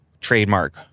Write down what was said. trademark